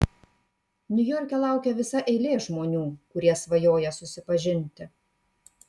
niujorke laukia visa eilė žmonių kurie svajoja susipažinti